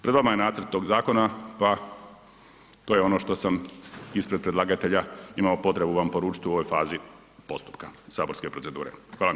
Pred vama je nacrt tog zakona pa to je ono što sam ispred predlagatelja imao potrebu vam poručiti u ovoj fazi postupka saborske procedure.